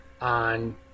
on